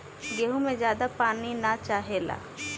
गेंहू में ज्यादा पानी ना चाहेला